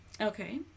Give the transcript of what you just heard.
Okay